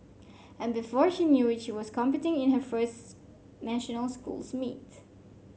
and before she knew it she was competing in her first national schools meet